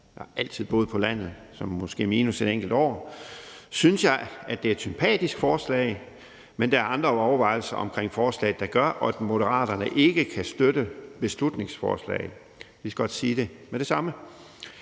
jeg har altid boet på landet, måske minus et enkelt år – synes jeg, at det er et sympatisk forslag, men der er andre overvejelser omkring det, der gør, at Moderaterne ikke kan støtte beslutningsforslaget. Jeg kan lige så godt sige det med det samme.